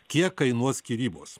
kiek kainuos skyrybos